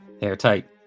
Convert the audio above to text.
Airtight